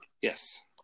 yes